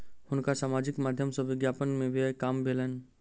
हुनका सामाजिक माध्यम सॅ विज्ञापन में व्यय काम भेलैन